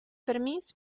permís